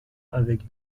avec